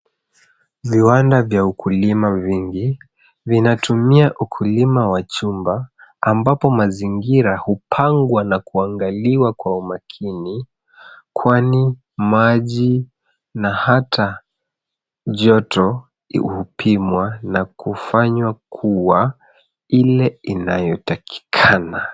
Viwanda vya ukulima vingi vinatumia ukulima wa chuma ambapo mazingira hupangwa na kuangaliwa kwa makini kwani maji na hata joto hupimwa na kufanywa kuwa ile inayotakikana